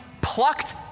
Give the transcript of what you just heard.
plucked